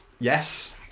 Yes